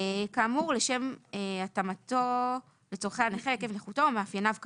כאמור לשם התאמתו לצרכי הנכה עקב נכותו או מאפייניו כאמור.